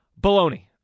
Baloney